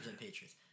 Patriots